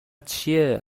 چیه